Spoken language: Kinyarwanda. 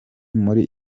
muri